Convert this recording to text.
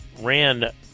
ran